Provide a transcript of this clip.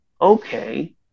okay